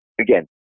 again